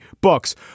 books